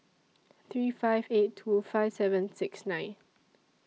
three five eight two five seven six nine